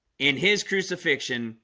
in his crucifixion